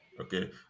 okay